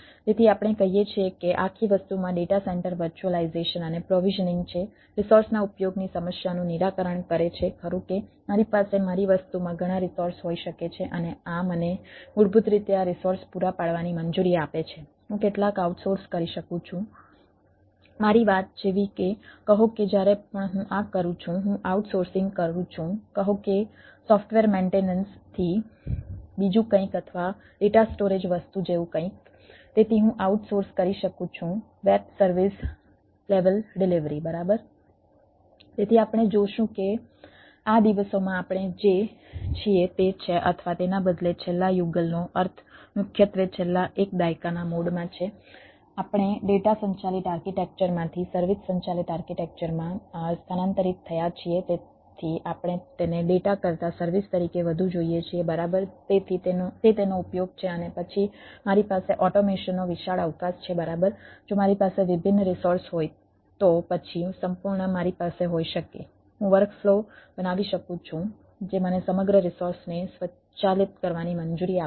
તેથી આપણે જોશું કે આ દિવસોમાં આપણે જે છીએ તે છે અથવા તેના બદલે છેલ્લા યુગલનો અર્થ મુખ્યત્વે છેલ્લા એક દાયકાના મોડમાં છે આપ્ણે ડેટા સંચાલિત આર્કિટેક્ચર બનાવી શકું છું જે મને સમગ્ર રિસોર્સને સ્વચાલિત કરવાની મંજૂરી આપે છે